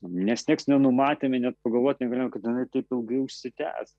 nes nieks nenumatėm net pagalvoti negalėjom kad jinai taip ilgai užsitęs